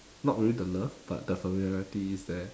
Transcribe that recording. not really the love but the familiarity is there